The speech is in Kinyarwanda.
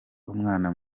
umwana